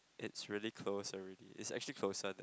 it's really close already it's actually closer than